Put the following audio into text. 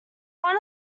one